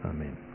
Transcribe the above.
Amen